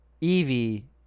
Evie